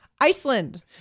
Iceland